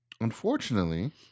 unfortunately